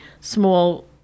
small